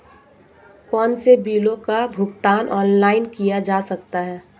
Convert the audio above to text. कौनसे बिलों का भुगतान ऑनलाइन किया जा सकता है?